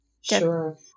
Sure